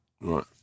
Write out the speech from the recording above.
Right